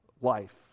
life